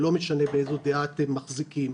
ולא משנה באיזו דעה אתם מחזיקים.